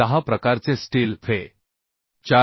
410 प्रकारचे steel Fe